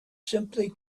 simply